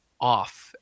off